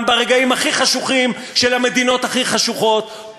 ברגעים הכי חשוכים של המדינות הכי חשוכות,